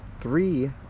three